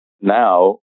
now